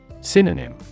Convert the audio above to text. Synonym